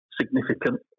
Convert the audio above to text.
significant